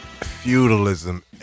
Feudalism